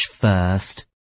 first